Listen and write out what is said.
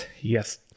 Yes